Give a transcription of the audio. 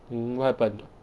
mmhmm what happened